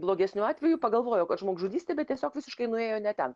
blogesniu atveju pagalvojo kad žmogžudystė bet tiesiog visiškai nuėjo ne ten